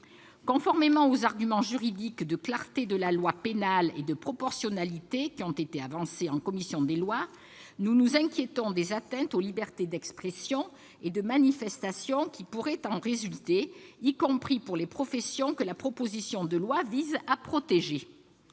Conformément aux arguments juridiques de clarté de la loi pénale et de proportionnalité qui ont été avancés en commission des lois, nous nous inquiétons des atteintes aux libertés d'expression et de manifestation qui pourraient en résulter, y compris d'ailleurs pour les professions que la proposition de loi vise à protéger